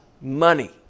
money